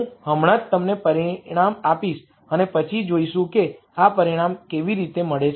હું હમણાં જ તમને પરિણામ આપીશ અને પછી જોઈશું કે આ પરિણામ કેવી રીતે મળે છે